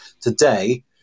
Today